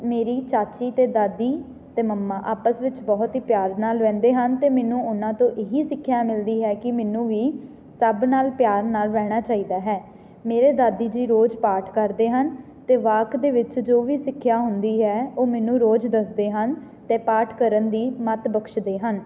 ਮੇਰੀ ਚਾਚੀ ਅਤੇ ਦਾਦੀ ਅਤੇ ਮੰਮਾ ਆਪਸ ਵਿੱਚ ਬਹੁਤ ਹੀ ਪਿਆਰ ਨਾਲ਼ ਰਹਿੰਦੇ ਹਨ ਅਤੇ ਮੈਨੂੰ ਉਹਨਾਂ ਤੋਂ ਇਹੀ ਸਿੱਖਿਆ ਮਿਲਦੀ ਹੈ ਕਿ ਮੈਨੂੰ ਵੀ ਸਭ ਨਾਲ਼ ਪਿਆਰ ਨਾਲ਼ ਰਹਿਣਾ ਚਾਹੀਦਾ ਹੈ ਮੇਰੇ ਦਾਦੀ ਜੀ ਰੋਜ਼ ਪਾਠ ਕਰਦੇ ਹਨ ਅਤੇ ਵਾਕ ਦੇ ਵਿੱਚ ਜੋ ਵੀ ਸਿੱਖਿਆ ਹੁੰਦੀ ਹੈ ਉਹ ਮੈਨੂੰ ਰੋਜ਼ ਦੱਸਦੇ ਹਨ ਅਤੇ ਪਾਠ ਕਰਨ ਦੀ ਮੱਤ ਬਖਸ਼ਦੇ ਹਨ